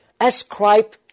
Ascribe